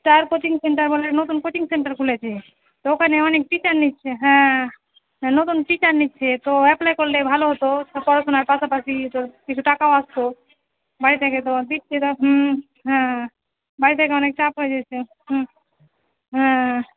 star coaching centre বলে নতুন coaching centre খুলেছে তো ওকানে অনেক টিচার নিচ্ছে হ্যাঁ হ্যাঁ নতুন টিচার নিচ্ছে তো অ্যাপ্লাই করলে ভালো হতো তো পড়াশুনার পাশাপাশি একটু কিছু টাকাও আসতো বাড়ি থেকে তো আর দিচ্ছে যা হুঁ হ্যাঁ বাড়ি থেকে অনেক চাপ হয়ে যাচ্ছে হুম হ্যাঁ